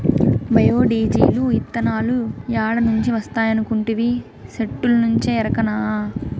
bio diesel, ఇతనాలు ఏడ నుంచి వస్తాయనుకొంటివి, సెట్టుల్నుంచే ఎరకనా